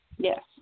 Yes